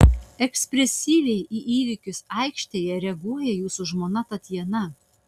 ekspresyviai į įvykius aikštėje reaguoja jūsų žmona tatjana